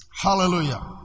Hallelujah